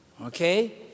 Okay